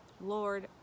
Lord